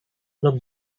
look